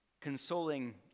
consoling